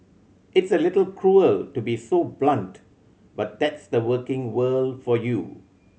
it's a little cruel to be so blunt but that's the working world for you